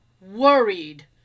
worried